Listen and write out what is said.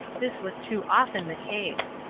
this was too often the case.